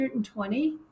120